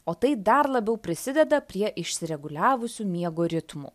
o tai dar labiau prisideda prie išsireguliavusių miegų ritmų